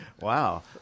Wow